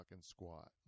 squat